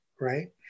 right